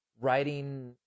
writing